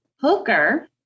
hooker